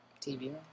TV